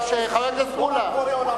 בורא עולם,